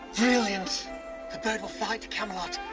brilliant. the bird will fly to camelot